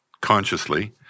consciously